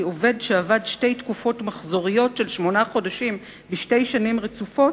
כי עובד שעבד שתי תקופות מחזוריות של שמונה חודשים בשתי שנים רצופות,